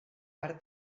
per